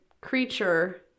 creature